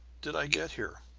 did i get here?